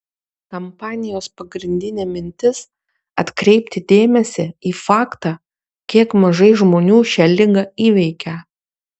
kampanijos pagrindinė mintis atkreipti dėmesį į faktą kiek mažai žmonių šią ligą įveikia